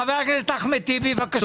חבר הכנסת אחמד טיבי, בבקשה.